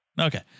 Okay